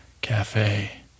cafe